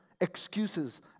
Excuses